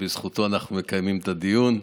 שבזכותו אנחנו מקיימים את הדיון,